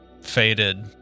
faded